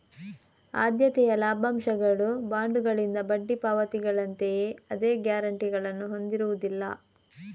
ಆದ್ಯತೆಯ ಲಾಭಾಂಶಗಳು ಬಾಂಡುಗಳಿಂದ ಬಡ್ಡಿ ಪಾವತಿಗಳಂತೆಯೇ ಅದೇ ಗ್ಯಾರಂಟಿಗಳನ್ನು ಹೊಂದಿರುವುದಿಲ್ಲ